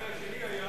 התנאי השני היה